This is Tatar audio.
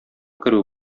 керү